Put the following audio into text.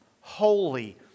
holy